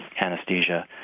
anesthesia